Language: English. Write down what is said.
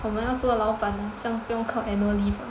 我们要做老板啊这样不用靠 annual leave